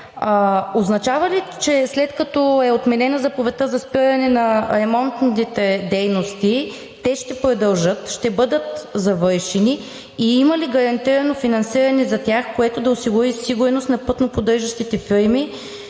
означава ли, че след като е отменена заповедта за спиране на ремонтните дейности, те ще продължат, ще бъдат завършени и има ли гарантирано финансиране за тях, което да осигури сигурност на пътноподдържащите фирми,